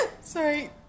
Sorry